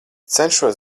cenšos